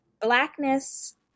Blackness